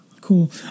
Cool